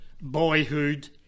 boyhood